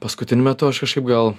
paskutiniu metu aš kažkaip gal